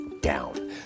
down